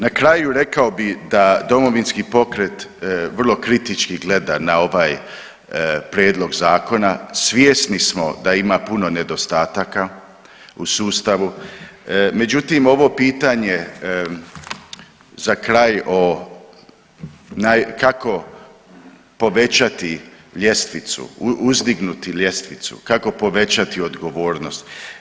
Na kraju, rekao bih da Domovinski pokret vrlo kritički gleda na ovaj Prijedlog zakona, svjesni smo da ima puno nedostataka u sustavu, međutim, ovo pitanje za kraj o naj, kako povećati ljestvicu, uzdignuti ljestvicu, kako povećati odgovornost?